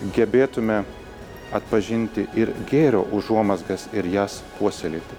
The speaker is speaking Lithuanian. gebėtume atpažinti ir gėrio užuomazgas ir jas puoselėti